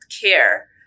care